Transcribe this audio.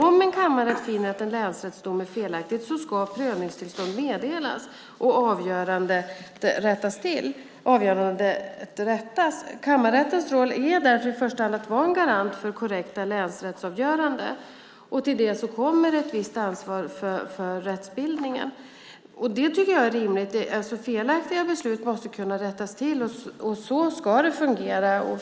Om en kammarrätt finner att en länsrättsdom är felaktig ska prövningstillstånd meddelas och avgörandet rättas. Kammarrättens roll är därför i första hand att vara en garant för korrekta länsrättsavgöranden. Till det kommer ett visst ansvar för rättsbildningen. Det tycker jag är rimligt. Felaktiga beslut måste kunna rättas till, och så ska det fungera.